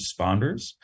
responders